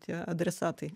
tie adresatai